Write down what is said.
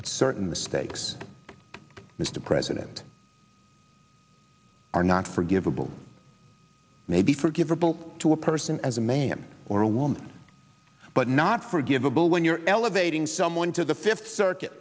but certain mistakes mr president are not forgivable maybe forgivable to a person as a man or a woman but not forgivable when you're elevating someone to the fifth circuit